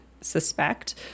suspect